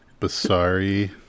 Basari